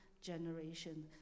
generation